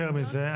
יותר מזה,